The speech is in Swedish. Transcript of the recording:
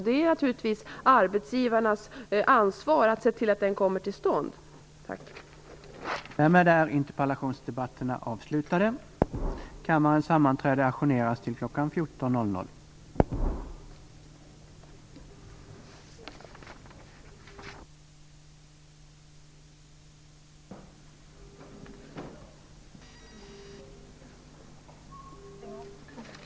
Det är naturligtvis arbetsgivarnas ansvar att se till att den utbildningen kommer till stånd.